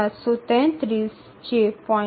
૭૩૩ 0